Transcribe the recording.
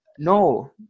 No